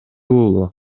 уулу